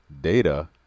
data